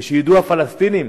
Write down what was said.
ושידעו הפלסטינים